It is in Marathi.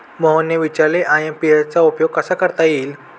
मोहनने विचारले आय.एम.पी.एस चा उपयोग कसा करता येईल?